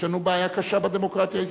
יש לנו בעיה קשה בדמוקרטיה הישראלית.